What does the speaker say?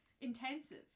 intensive